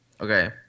Okay